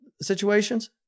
situations